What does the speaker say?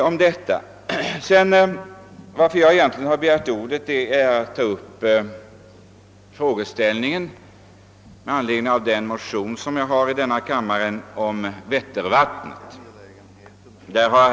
Jag begärde egentligen ordet, herr talman, med anledning av det motionspar om vättervattnet som jag svarar för i denna kammare.